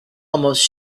almost